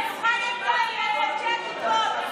אנחנו מסתכלות על עצמנו במראה.